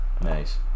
nice